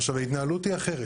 עכשיו, ההתנהלות היא אחרת.